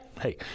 hey